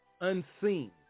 unseen